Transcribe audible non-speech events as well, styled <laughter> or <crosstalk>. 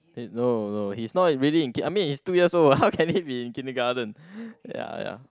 no no he's not in ready <noise> I mean he's two years old what how can be in the kindergarten ya ya